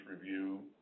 review